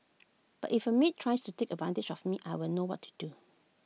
but if A maid tries to take advantage of me I'll know what to do